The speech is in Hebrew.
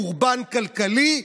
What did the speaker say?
שהם בחורבן כלכלי,